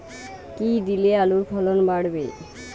কী দিলে আলুর ফলন বাড়বে?